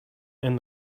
and